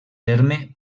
terme